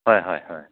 ꯍꯣꯏ ꯍꯣꯏ ꯍꯣꯏ